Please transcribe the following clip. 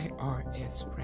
IRS